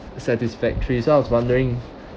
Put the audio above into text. satisfactory so I was wondering